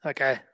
Okay